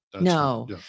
no